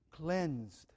Cleansed